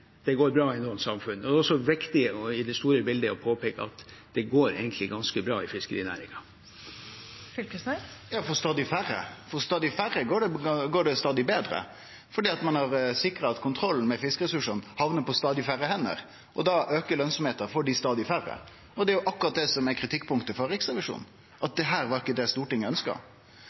det går bra i noen samfunn, og det er også viktig i det store bildet å påpeke at det går egentlig ganske bra i fiskerinæringen. Torgeir Knag Fylkesnes – til oppfølgingsspørsmål. Ja, for stadig færre – for stadig færre går det stadig betre fordi ein har sikra at kontrollen med fiskeressursane hamnar på stadig færre hender, og da aukar lønsemda for dei stadig færre. Det er jo akkurat det som er kritikkpunktet frå Riksrevisjonen, at dette ikkje var det Stortinget ønskte.